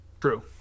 True